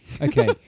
okay